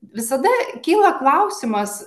visada kyla klausimas